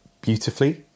beautifully